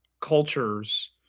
cultures